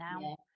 now